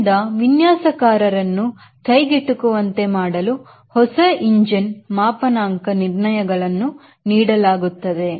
ಆದ್ದರಿಂದ ವಿನ್ಯಾಸಕಾರರನ್ನು ಕೈಗೆಟುಕುವಂತೆ ಮಾಡಲು ಹೊಸ ಇಂಜನ್ ಮಾಪನಾಂಕ ನಿರ್ಣಯಗಳನ್ನು ನೀಡಲಾಗುತ್ತದೆ